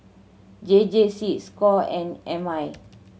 J J C score and M I